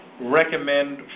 recommend